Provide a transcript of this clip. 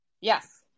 Yes